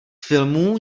filmů